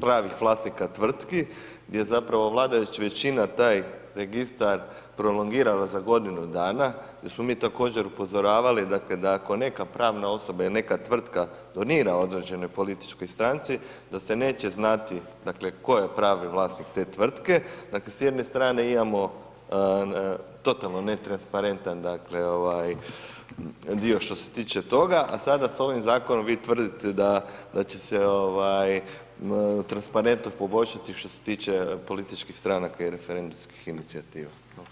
pravih vlasnika tvrtki, gdje zapravo vladajuća većina taj registar prolongirano za godinu dana jer smo mi također upozoravali, dakle, da ako neka pravna osoba ili neka tvrtka donira određenoj političkoj stranci da se neće znati, dakle, tko je pravni vlasnik te tvrtke, dakle, s jedne strane imamo totalno netransparentan, dakle, dio što se tiče toga, a sada s ovim zakonom vi tvrdite da će se transparentnost poboljšati što se tiče političkih stranaka i referendumskih inicijativa.